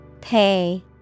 Pay